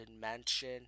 mansion